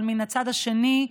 אבל מן הצד השני,